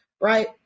right